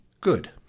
good